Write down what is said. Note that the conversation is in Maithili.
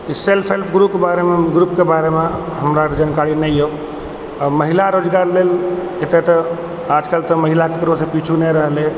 एस्सल सेल ग्रुपके बारेमे हमरा जानकारी नहि अइ महिला रोजगार लेल एतऽ तऽ आजकल तऽ महिला ककरोसँ पिछु नहि रहलै